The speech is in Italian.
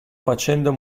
facendo